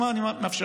הוא אמר, אני מאפשר.